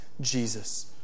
Jesus